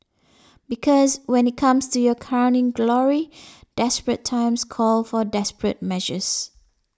because when it comes to your crowning glory desperate times call for desperate measures